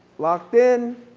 locked in.